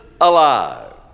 alive